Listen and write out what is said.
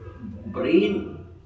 brain